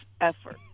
effort